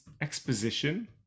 exposition